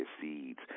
seeds